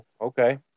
Okay